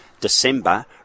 December